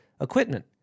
equipment